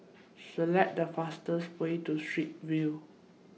Select The fastest Way to Straits View